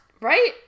Right